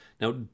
Now